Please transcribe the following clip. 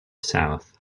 south